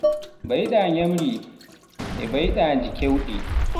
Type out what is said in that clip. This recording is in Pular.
Ɓeyda ñamri e mbaydiiji keewɗi